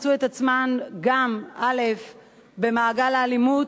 הן מצאו את עצמן גם במעגל האלימות,